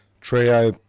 Trio